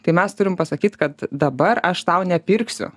tai mes turim pasakyti kad dabar aš tau nepirksiu